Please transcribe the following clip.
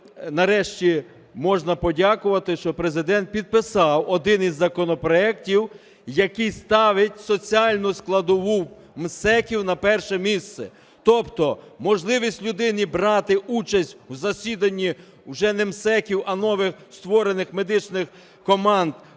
нарешті можна подякувати, що Президент підписав один із законопроектів, який ставить соціальну складову МСЕК на перше місце. Тобто можливість людини брати участь в засіданні вже не МСЕК, а нових створених медичних команд